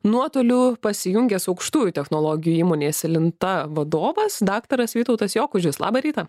nuotoliu pasijungęs aukštųjų technologijų įmonės elinta vadovas daktaras vytautas jokužis labą rytą